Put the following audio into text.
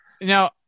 Now